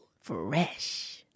Fresh